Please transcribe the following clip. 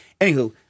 Anywho